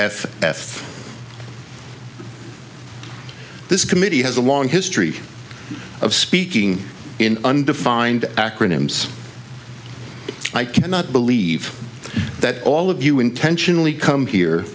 f f this committee has a long history of speaking in undefined acronyms i cannot believe that all of you intentionally come here